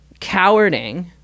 cowarding